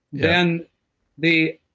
and the